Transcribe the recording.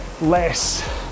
less